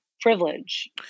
privilege